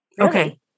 Okay